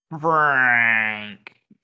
Frank